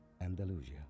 Andalusia